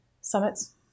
Summits